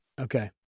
Okay